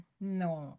no